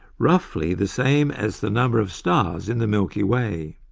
roughly the same as the number of stars in the milky way.